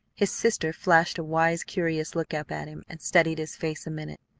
his sister flashed a wise, curious look up at him, and studied his face a minute.